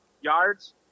yards